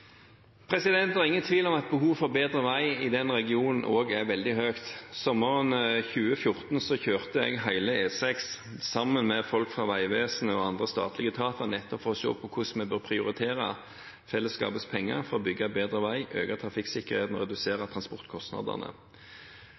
er ingen tvil om at behovet for bedre vei i den regionen også er veldig stort. Sommeren 2014 kjørte jeg hele E6 sammen med folk fra Vegvesenet og andre statlige etater nettopp for å se hvordan vi bør prioritere fellesskapets penger for å bygge bedre vei, øke trafikksikkerheten og redusere transportkostnadene.